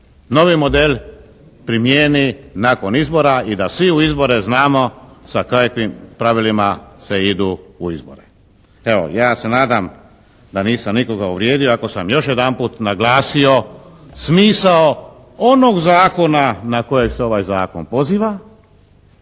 novi model primijeni nakon izbora i da svi u izbore znamo sa kakvim pravilima se idu u izbore. Evo, ja se nadam da nisam nikoga uvrijedio ako sam još jedanput naglasio smisao onog zakona na kojeg se ovajzakon poziva